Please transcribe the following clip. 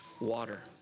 water